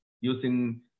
using